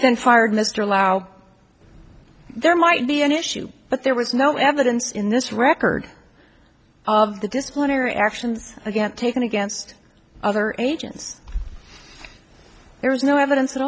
then fired mr allow there might be an issue but there was no evidence in this record of the disciplinary actions against taken against other agents there is no evidence at